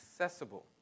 accessible